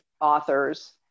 authors